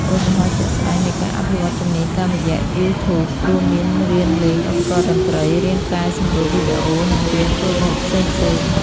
ឧទាហរណ៍ជាក់ស្ដែងនៃការអភិវឌ្ឍជំនាញតាមរយៈ YouTube រួមមានរៀនលេងឧបករណ៍តន្ត្រី រៀនកែសម្រួលវីដេអូ និងរៀនធ្វើម្ហូបផ្សេងៗ។